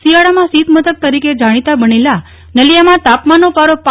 શિયાળામાં શીત મથક તરીકે જાણીતા બનેલા નલિયામાં તાપમાનનો પારો પ